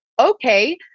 okay